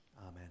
Amen